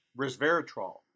resveratrol